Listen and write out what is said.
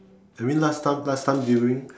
I mean last time last time during